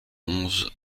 onze